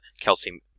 calcium